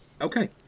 Okay